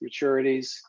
maturities